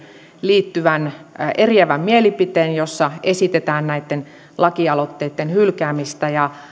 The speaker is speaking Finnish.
liittyvän eriävän mielipiteen jossa esitetään näitten lakialoitteitten hylkäämistä